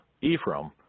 Ephraim